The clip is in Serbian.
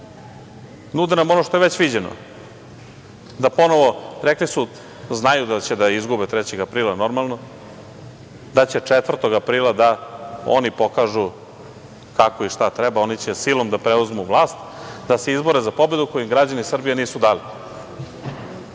nude. Nude nam ono što je već viđeno, da ponovo… Rekli su da znaju da će da izgube 3. aprila, normalno, da će 4. aprila da oni pokažu kako i šta treba. Oni će silom da preuzmu vlast, da se izbore za pobedu koju im građani Srbije nisu dali,